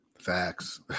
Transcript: Facts